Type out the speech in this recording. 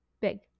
big